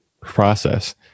process